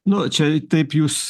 nu čia taip jūs